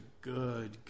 good